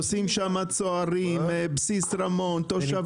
נוסעים שם צוערים, בסיס רמון, תושבים.